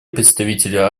представителя